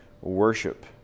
worship